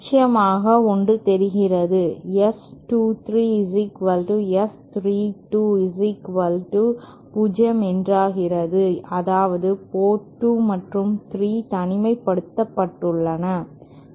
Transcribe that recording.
நிச்சயமாக ஒன்று தெரிகிறது S 23 S 32 0 என்றாகிறது அதாவது போர்ட் 2 மற்றும் 3 தனிமைப்படுத்தப்பட்டுள்ளன